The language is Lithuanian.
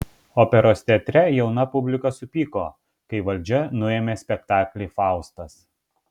operos teatre jauna publika supyko kai valdžia nuėmė spektaklį faustas